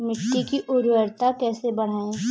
मिट्टी की उर्वरता कैसे बढ़ाएँ?